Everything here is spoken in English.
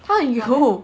他很油